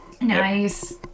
Nice